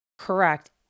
Correct